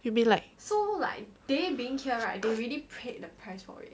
you mean like